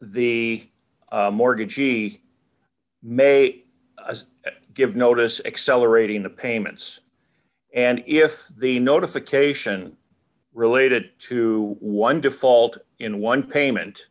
the mortgage he may give notice accelerating the payments and if the notification related to one default in one payment